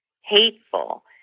hateful